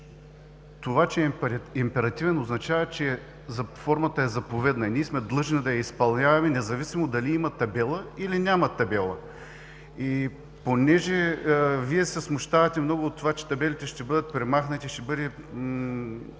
Това, че законът е императивен, означава, че формата е заповедна и ние сме длъжни да я изпълняваме, независимо дали има табела, или няма табела. Понеже Вие много се смущавате от това, че табелите ще бъдат премахнати и по